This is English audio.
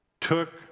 took